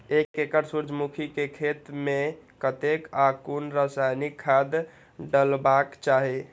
एक एकड़ सूर्यमुखी केय खेत मेय कतेक आ कुन रासायनिक खाद डलबाक चाहि?